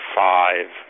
five